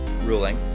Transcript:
ruling